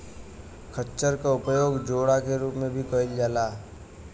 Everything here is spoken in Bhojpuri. खच्चर क उपयोग जोड़ा के रूप में कैईल जात रहे